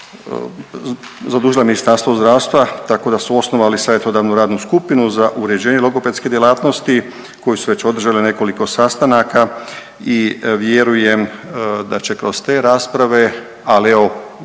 zadužila Ministarstvo zdravstva tako da su osnovali savjetodavnu radnu skupinu za uređenje logopedske djelatnosti koje su već održale nekoliko sastanaka i vjerujem da će kroz te rasprave, ali